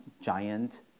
giant